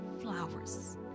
flowers